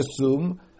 assume